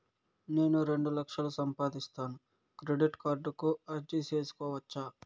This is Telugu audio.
నేను రెండు లక్షలు సంపాదిస్తాను, క్రెడిట్ కార్డుకు అర్జీ సేసుకోవచ్చా?